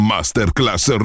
Masterclass